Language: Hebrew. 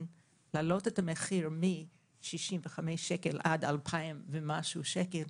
ולהעלות את המחיר מ-65 שקלים עד 2000 ומשהו שקלים,